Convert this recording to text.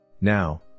Now